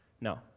No